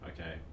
okay